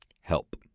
Help